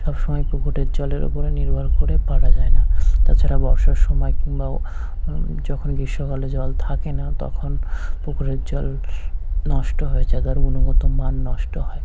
সব সময় পুকুরের জলের ওপরে নির্ভর করে পারা যায় না তাছাড়া বর্ষার সময় কিংবা যখন গ্রীষ্মকালে জল থাকে না তখন পুকুরের জল নষ্ট হয়ে যায় তার গুণগত মান নষ্ট হয়